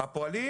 הפועלים